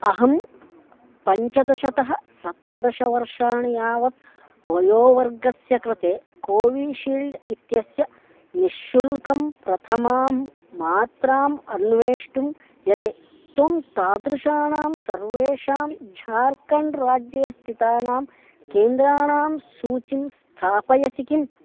अहं पञ्चदशतः सप्तदशवर्षाणि यावत् वयोवर्गस्य कृते कोविशील्ड् इत्यस्य निश्शुल्कं प्रथमां मात्राम् अन्वेष्टुं यते त्वं तादृशानां सर्वेषां झार्कण्ड् राज्ये स्थितानां केन्द्राणां सूचीं स्थापयसि किम्